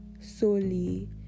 solely